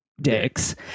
dicks